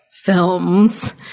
films